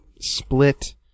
split